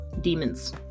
demons